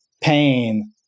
pain